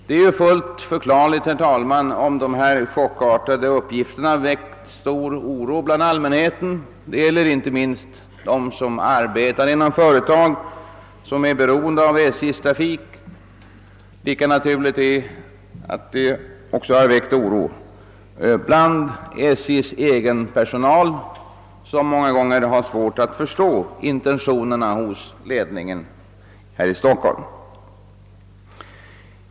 Det är fullt förklarligt, herr talman, om dessa chockartade uppgifter väckt stor oro bland allmänheten. Det gäller inte minst de som arbetar inom företag, som är beroende av SJ:s trafik. Lika naturligt är det att de väckt oro bland SJ:s egen personal, som många gånger haft svårt att förstå intentionerna hos ledningen i Stockholm.